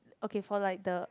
okay for like the